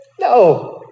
no